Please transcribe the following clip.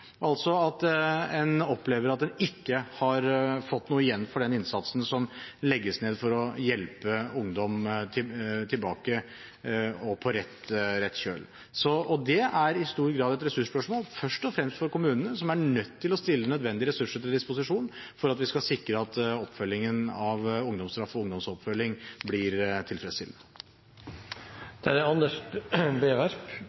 at en opplever å ikke ha fått noe igjen for den innsatsen som legges ned for å hjelpe ungdom tilbake og på rett kjøl. Det er i stor grad et ressursspørsmål, først og fremst for kommunene som er nødt til å stille nødvendige ressurser til disposisjon for at de skal sikre at oppfølging av ungdomsstraff og ungdomsoppfølging blir